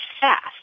fast